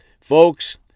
Folks